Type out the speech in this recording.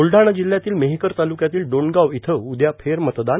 ब्लडाणा जिल्ह्यातील मेहकर तालुक्यातील डोणगाव इथं उदया फेरमतदान